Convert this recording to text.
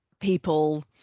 people